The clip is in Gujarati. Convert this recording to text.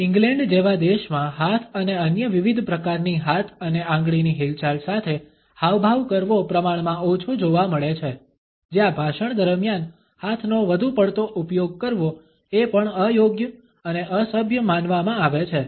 ઇંગ્લેન્ડ જેવા દેશમાં હાથ અને અન્ય વિવિધ પ્રકારની હાથ અને આંગળીની હિલચાલ સાથે હાવભાવ કરવો પ્રમાણમાં ઓછો જોવા મળે છે જ્યાં ભાષણ દરમિયાન હાથનો વધુ પડતો ઉપયોગ કરવો એ પણ અયોગ્ય અને અસભ્ય માનવામાં આવે છે